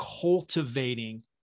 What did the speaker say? cultivating